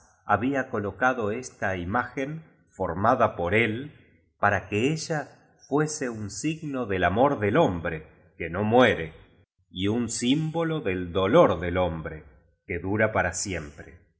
había colocado esta imagen formada por él para que ella fuese un signo del amor del hombre que no muere y un símbolo del dolor del hombre que dura para siempre